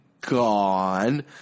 gone